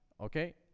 okay